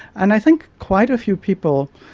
and i think quite a few people,